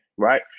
Right